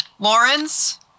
Lawrence